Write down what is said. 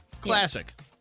Classic